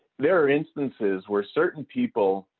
there are instances where certain people,